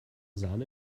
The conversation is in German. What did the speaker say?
sahne